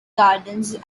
gardens